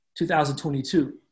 2022